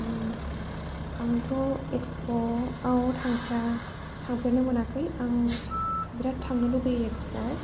आंथ' एक्सप' आव थांफेरा थांफेरनो मोनाखै आं बिरात थांनो लुबैयो एक्सप' आव